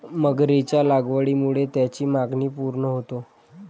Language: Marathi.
मगरीच्या लागवडीमुळे त्याची मागणी पूर्ण होते